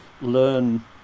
learn